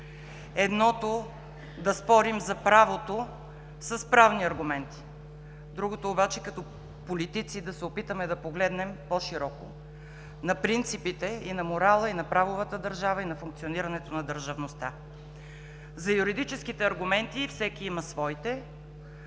Едното, да спорим за правото с правни аргументи. Другото обаче, като политици, да се опитаме да погледнем по-широко на принципите, на морала и на правовата държава, и на функционирането на държавността. За юридическите аргументи, всеки има своите,